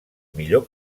millor